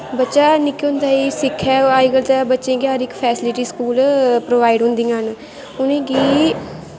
बच्चा निक्कै होंदै गै सिक्खै अजकल्ल ते बच्चें गी हर इक फैसिलिटी स्कूल प्रोवाइड होंदियां न उ'नें गी